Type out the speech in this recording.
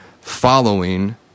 following